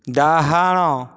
ଡାହାଣ